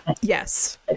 Yes